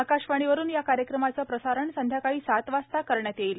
आकाशवाणीवरून या कार्यक्रमाचं प्रसारण संध्याकाळी सात वाजता करण्यात येईल